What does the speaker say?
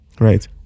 Right